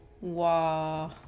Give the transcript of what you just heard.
Wow